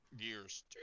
gears